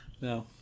No